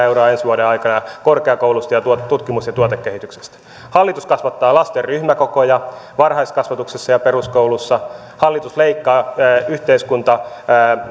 euroa ensi vuoden aikana ja korkeakouluista ja tutkimus ja tuotekehityksestä hallitus kasvattaa lasten ryhmäkokoja varhaiskasvatuksessa ja peruskoulussa hallitus leikkaa